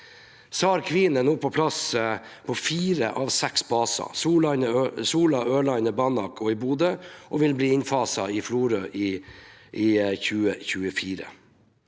SAR Queen er nå på plass på fire av seks baser – Sola, Ørland, Banak og Bodø – og vil bli innfaset i Florø i 2024.